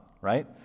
right